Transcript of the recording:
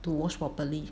to wash properly